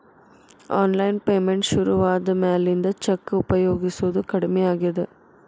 online payment ಶುರುವಾದ ಮ್ಯಾಲಿಂದ cheque ಉಪಯೊಗಸೋದ ಕಡಮಿ ಆಗೇದ